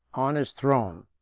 on his throne,